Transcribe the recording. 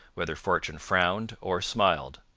whether fortune frowned or smiled.